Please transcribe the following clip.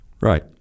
Right